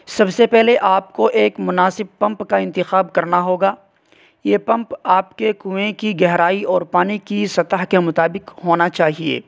سب سے پہلے آپ کو ایک مناسب پمپ کا انتخاب کرنا ہوگا یہ پمپ آپ کے کنویں کی گہرائی اور پانی کی سطح کے مطابق ہونا چاہیے